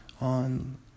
on